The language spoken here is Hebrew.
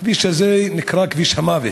הכביש הזה נקרא "כביש המוות".